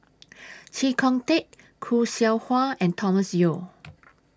Chee Kong Tet Khoo Seow Hwa and Thomas Yeo